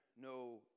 no